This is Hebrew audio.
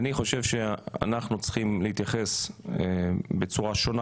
אני חושב שאנחנו צריכים להתייחס בצורה שונה